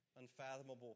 unfathomable